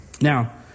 Now